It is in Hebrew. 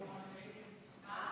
הוא אמר שהידים.